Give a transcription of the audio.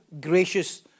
gracious